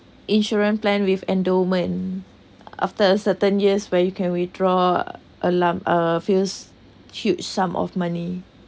insurance plan with endowment after a certain years where you can withdraw a lump a few huge sum of money